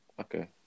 okay